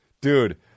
Dude